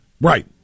Right